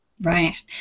Right